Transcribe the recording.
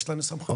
יש לנו סמכות.